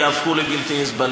יהפכו לבלתי נסבלים,